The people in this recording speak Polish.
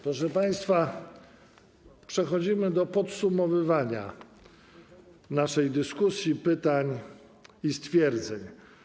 Proszę państwa, przechodzimy do podsumowywania naszej dyskusji, pytań i stwierdzeń.